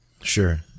Sure